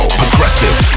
progressive